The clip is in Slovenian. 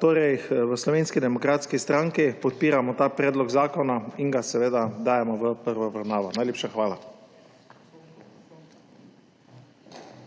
v Slovenski demokratski stranki podpiramo ta predlog zakona in ga dajemo v prvo obravnavo. Najlepša hvala.